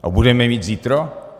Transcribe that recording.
A budeme je mít zítra?